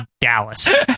Dallas